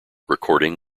recording